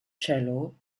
cello